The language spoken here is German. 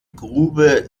grube